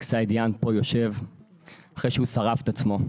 סעידיאן פה יושב אחרי שהוא שרף את עצמו,